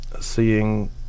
Seeing